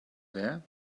there